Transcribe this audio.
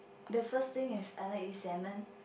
the first thing is I like to eat salmon